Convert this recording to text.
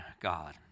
God